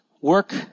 Work